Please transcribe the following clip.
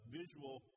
visual